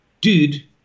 dude